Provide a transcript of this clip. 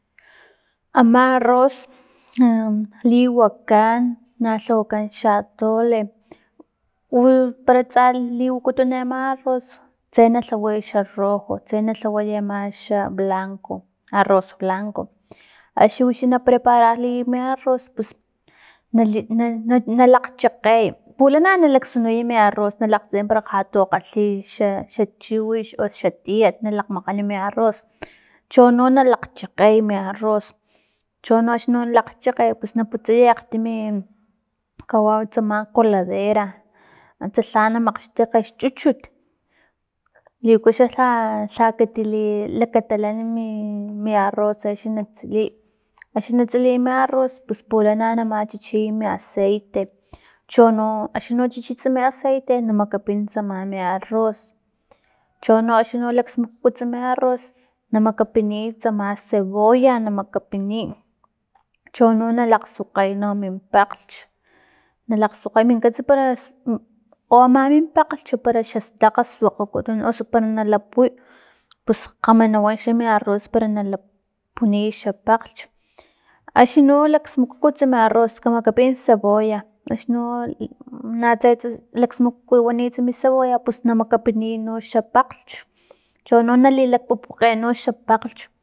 Ama arroz liwakan na lhawakan xa atole u para tsa liwakutun ama arroz tse na lhaway xa rojo, tse na lhaway ama xa blanco, arroz blanco, axi wix na prepararliy mi arroz pus na li na- n- nalakgchakgey pulana na laksunuy mi arroz na lakgtsin para lhatokgalhi xa xa chiwix o xa tiet na lakgmakgana mi arroz chono nalakgchakgay mi arroz, chono axni nalakgchakgey pus naputsaya akgtimi kawawi tsama colader. a antsa lha na makgxtakga xchuchut, liuku xa lha lhakati li katalan mi- mi arroz axni na tsiliy axni na tsiliy mi arroz pus pulana na machichiy mi aceite, chino axno chichitsa mi aceite na makapin tsama mi arroz, chono axni laksmukukuts mi arroz na makapiniy tsama cebolla na makapiniy chono nalakgsuakgay min pakglhch na lakgsuakgay para oama min pakglhch para xastakg suakgakutun osu para nalapuy pus kgama na wan xa mi arroz para na lapuniy xa pakglhch axni no laksmukuku mi arroz kamakapini cebolla axni no na tsetse laksmukuku mi cebolla pus na makapiniy no xa pakglhch chono nali lakgpupukge no xa pakglhch